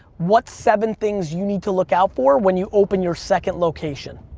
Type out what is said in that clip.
what seven things you need to look out for when you open your second location.